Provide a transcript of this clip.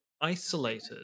isolated